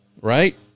right